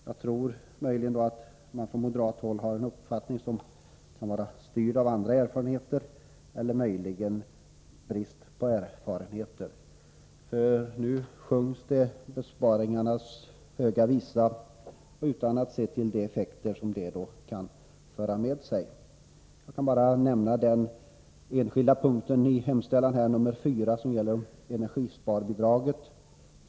Jag tror att man från moderat håll möjligen har en uppfattning som är styrd av andra erfarenheter eller lider brist på erfarenheter. Nu sjungs besparingarnas höga visa, utan att man ser till de effekter som det kan föra med sig. Jag skall bara nämna punkt 4 i utskottets hemställan som gäller energisparbidraget och ta ett exempel.